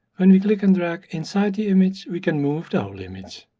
when we click and drag inside the image, we can move the whole image.